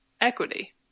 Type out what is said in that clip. equity